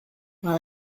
well